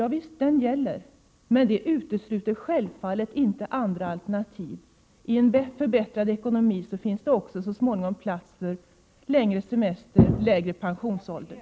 Ja visst, den gäller, men det utesluter självfallet inte andra alternativ. I en förbättrad ekonomi finns det också så småningom plats för längre semester och lägre pensionsålder.